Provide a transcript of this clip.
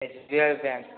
SBI bank